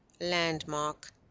landmark